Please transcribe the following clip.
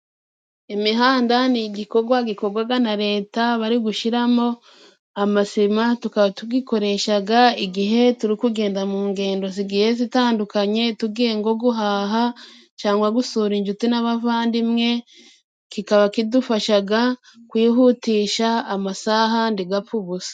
Imihanda ni igikorwa gikorwaga na Leta bari gushyiramo amasima, tukaba tugikoreshaga igihe turi kugenda mu ngendo zigiye zitandukanye, tugiye nko guhaha cyangwa gusura inshuti n'abavandimwe, kikaba kidufashaga kwihutisha amasaha ndigapfe ubusa.